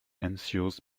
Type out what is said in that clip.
ensues